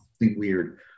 weird